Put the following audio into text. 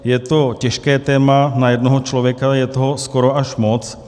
Je to těžké téma na jednoho člověka, je toho skoro až moc.